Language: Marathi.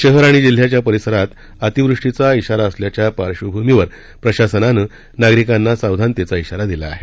शहर आणि जिल्ह्याच्या परिसरात अतिवृष्टीचा इशारा असल्याच्या पार्बंभूमीवर प्रशासनानं नागरिकांना सावधानतेचा इशारा दिला आहे